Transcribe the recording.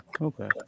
Okay